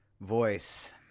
voice